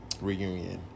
reunion